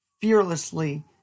fearlessly